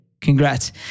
Congrats